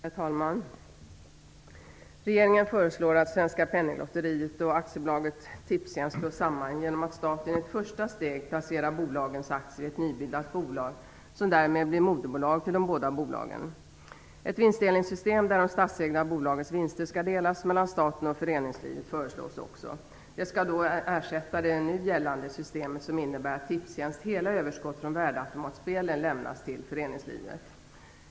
Herr talman! Regeringen föreslår att Svenska Penninglotteriet AB och AB Tipstjänst slås samman genom att staten i ett första steg placerar bolagens aktier i ett nybildat bolag som därmed blir moderbolag till de båda bolagen. Ett vinstdelningssystem där det statsägda bolagets vinster skall delas mellan staten och föreningslivet förslås också. Det skall ersätta det nu gällande systemet som innebär att Tipstjänsts hela överskott från värdeautomatspel lämnas till föreningslivet.